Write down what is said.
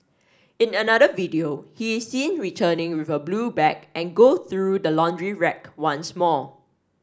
in another video he is seen returning with a blue bag and goes through the laundry rack once more